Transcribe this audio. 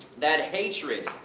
that hatred,